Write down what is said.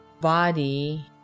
body